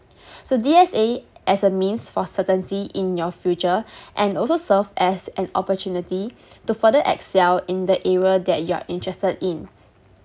so D_S_A as a means for certainty in your future and also serve as an opportunity to further excel in the area that you are interested in